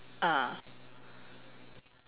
ah